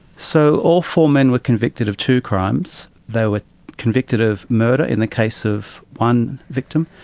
so all four men were convicted of two crimes. they were convicted of murder in the case of one victim.